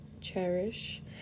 cherish